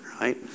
right